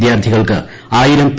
വിദ്യാർത്ഥികൾക്ക് ആയിരം പി